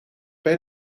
bij